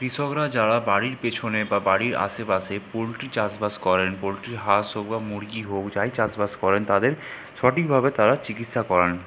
কৃষকরা যারা বাড়ির পেছনে বা বাড়ির আশেপাশে পোল্ট্রি চাষ বাস করেন পোল্ট্রির হাঁস হোক বা মুরগি হোক যাই চাষ বাস করেন তাদের সঠিকভাবে তারা চিকিৎসা করান